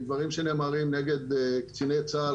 דברים שנאמרים כנגד קציני צה"ל,